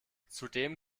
zudem